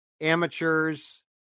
amateurs